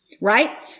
right